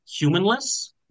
humanless